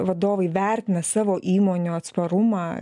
vadovai vertina savo įmonių atsparumą